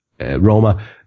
Roma